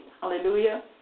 Hallelujah